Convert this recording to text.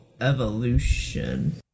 evolution